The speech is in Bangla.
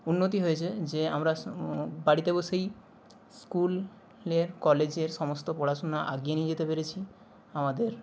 উন্নতি হয়েছে যে আমরাস্ বাড়িতে বসেই স্কুলে কলেজের সমস্ত পড়াশোনা আগিয়ে নিয়ে যেতে পেরেছি আমাদের